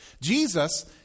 Jesus